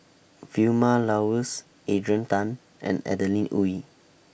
Vilma Laus Adrian Tan and Adeline Ooi